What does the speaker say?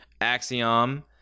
Axiom